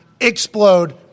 explode